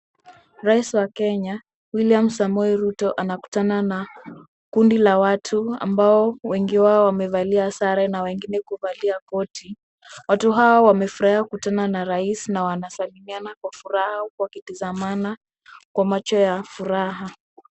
Rais wa Kenya William Samoei Ruto anakutana na kundi la watu ambao wengi wao wamevalia sare na wengine kuvalia koti. Watu hawa wamefurahia kukutana na rais na wanasalimiana kwa furaha huku wakitazamana kwa macho ya furaha.